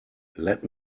let